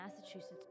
Massachusetts